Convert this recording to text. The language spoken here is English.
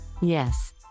Yes